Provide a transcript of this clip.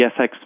FX